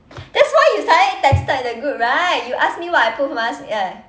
that's why you suddenly texted the group right you asked me what I put for my